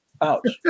Ouch